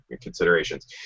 considerations